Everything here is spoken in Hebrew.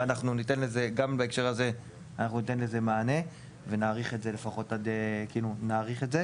וגם בהקשר הזה אנחנו ניתן לזה מענה ואנחנו נאריך את זה.